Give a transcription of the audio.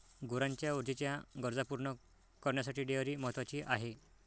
गुरांच्या ऊर्जेच्या गरजा पूर्ण करण्यासाठी डेअरी महत्वाची आहे